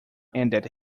ended